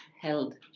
held